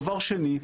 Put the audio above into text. דבר שני,